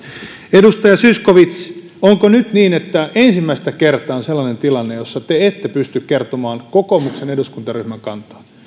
edustaja zyskowicz onko nyt niin että ensimmäistä kertaa on sellainen tilanne jossa te ette pysty kertomaan kokoomuksen eduskuntaryhmän kantaa